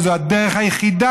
וזאת הדרך היחידה.